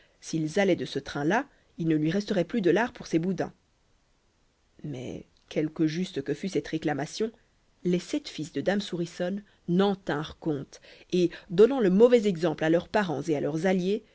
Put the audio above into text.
s'ils allaient de ce train-là il ne lui resterait plus de lard pour ses boudins mais quelque juste que fût cette réclamation les sept fils de dame souriçonne n'en tinrent compte et donnant le mauvais exemple à leurs parents et à leurs alliés